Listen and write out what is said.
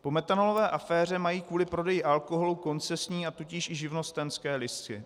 Po metanolové aféře mají kvůli prodeji alkoholu koncesní, a tudíž i živnostenské listy.